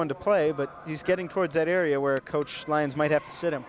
one to play but he's getting towards that area where coach lines might have to sit